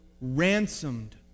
ransomed